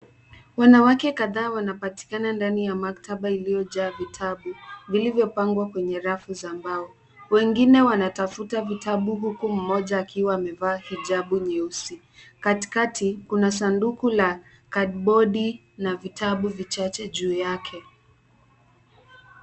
Wanawake kadhaa wanapatikana ndani ya maktaba iliyojaa vitabu vilivyopangwa kwenye rafu za mbao. Wengine wanatafuta vitabu huku mmoja akiwa amevaa hijabu nyeusi. Katikati kuna sanduku la kadibodi na vitabu vichache juu yake.